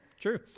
True